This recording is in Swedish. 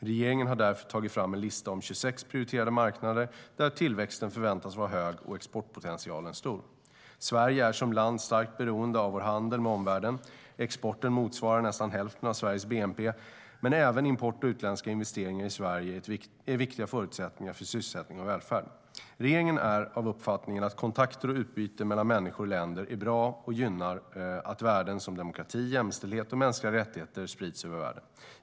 Regeringen har därför tagit fram en lista om 26 prioriterade marknader där tillväxten förväntas vara hög och exportpotentialen stor. Sverige är som land starkt beroende av vår handel med omvärlden. Exporten motsvarar nästan hälften av Sveriges bnp, men även import och utländska investeringar i Sverige är viktiga förutsättningar för sysselsättning och välfärd. Regeringen är av uppfattningen att kontakter och utbyte mellan människor och länder är bra och gynnar att värden som demokrati, jämställdhet och mänskliga rättigheter sprids över världen.